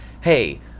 Hey